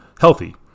healthy